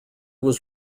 was